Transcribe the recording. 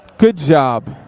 good job.